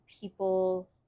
people